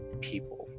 people